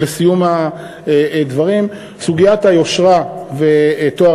לסיום הדברים: סוגיית היושרה וטוהר